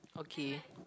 okay